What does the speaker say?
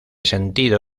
sentido